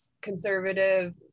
conservative